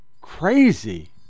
crazy